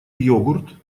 йогурт